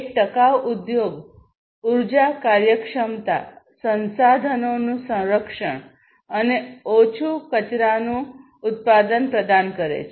એક ટકાઉ ઉદ્યોગ ઉર્જા કાર્યક્ષમતા સંસાધનોનું સંરક્ષણ અને ઓછું કચરાનું ઉત્પાદન પ્રદાન કરે છે